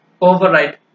override